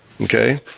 Okay